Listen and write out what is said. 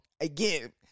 Again